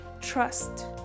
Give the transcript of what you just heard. Trust